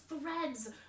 threads